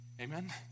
Amen